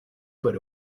what